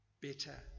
Better